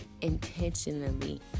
Intentionally